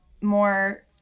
more